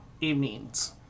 evenings